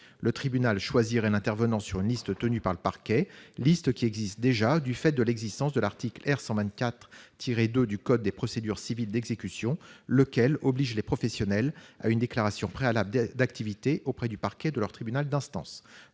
Le tribunal choisirait l'intervenant sur une liste tenue par le parquet, liste qui est déjà prévue à l'article R. 124-2 du code des procédures civiles d'exécution, lequel oblige les professionnels à déposer une déclaration préalable d'activité auprès du parquet de leur tribunal d'instance.